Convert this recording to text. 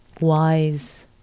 wise